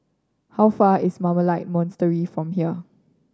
how far is Carmelite Monastery from here